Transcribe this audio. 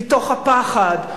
מתוך הפחד,